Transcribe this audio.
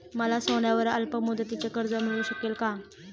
मला सोन्यावर अल्पमुदतीचे कर्ज मिळू शकेल का?